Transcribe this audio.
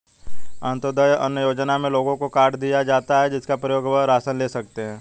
अंत्योदय अन्न योजना में लोगों को कार्ड दिए जाता है, जिसके प्रयोग से वह राशन ले सकते है